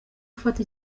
ufata